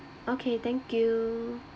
okay thank you